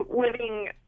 living